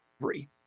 free